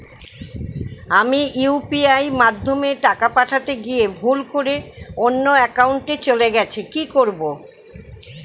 আমি ইউ.পি.আই মাধ্যমে টাকা পাঠাতে গিয়ে ভুল করে অন্য একাউন্টে চলে গেছে কি করব?